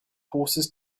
horses